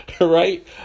right